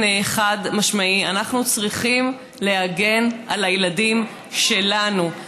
חד-משמעי: אנחנו צריכים להגן על הילדים שלנו.